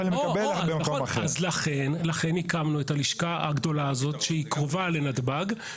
במכונות הביומטריות במעברי הגבול הבין-לאומיים,